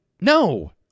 No